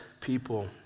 people